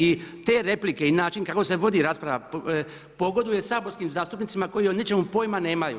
I te replike i način kako se vodi rasprava, pogoduje saborskim zastupnicima, koji o ničemu pojma nemaju.